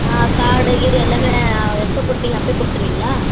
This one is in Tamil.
ஆ கார்டு கீடு எல்லாமே எப்போ கொடுப்பீங்க அப்பயே கொடுத்துருவீங்களா